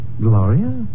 Gloria